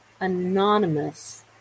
anonymous